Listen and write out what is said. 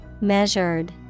Measured